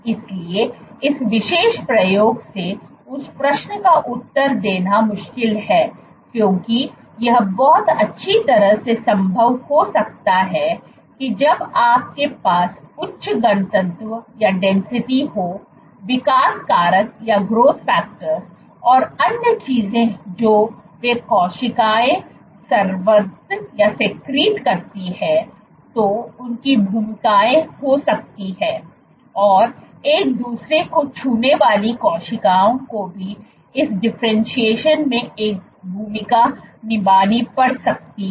इसलिए इस विशेष प्रयोग से उस प्रश्न का उत्तर देना मुश्किल है क्योंकि यह बहुत अच्छी तरह से संभव हो सकता है कि जब आपके पास उच्च घनत्व हो विकास कारक और अन्य चीजें जो वे कोशिकाओं स्रावित करते हैं तो उनकी भूमिका हो सकती है और एक दूसरे को छूने वाली कोशिकाओं को भी इस डिफरेंटशिएशन में एक भूमिका निभानी पड़ सकती है